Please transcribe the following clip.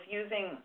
using